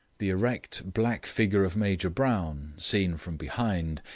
the erect, black figure of major brown, seen from behind,